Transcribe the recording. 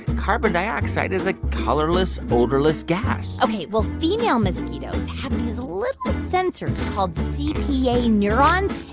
carbon dioxide is a colorless, odorless gas ok. well, female mosquitoes have these little sensors called cpa neurons.